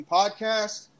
podcast